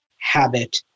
habit